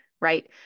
right